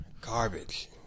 Garbage